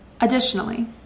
Additionally